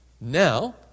Now